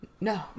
No